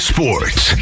Sports